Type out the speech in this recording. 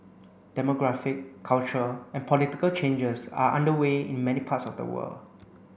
demographic cultural and political changes are underway in many parts of the world